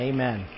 Amen